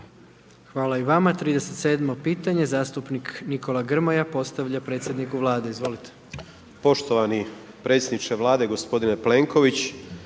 Hvala i vama. 37 pitanje, zastupnik Nikola Grmoja postavlja predsjedniku Vlade. Izvolite. **Grmoja, Nikola (MOST)** Poštovani predsjedniče Vlade, gospodine Plenković,